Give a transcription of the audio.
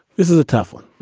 this is a tough one.